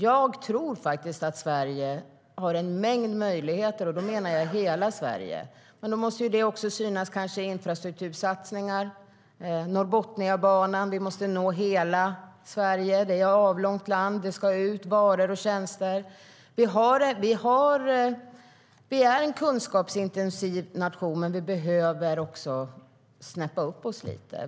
Jag tror att Sverige har en mängd möjligheter, och då menar jag hela Sverige, men då måste det också synas i till exempel infrastruktursatsningar som Norrbotniabanan. Vi måste nå hela Sverige. Sverige är ett avlångt land, och varor och tjänster ska ut i landet. Vi är en kunskapsintensiv nation, men vi behöver komma upp ett snäpp.